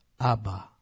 Abba